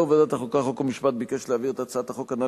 ועדת הכנסת